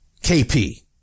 KP